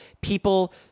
people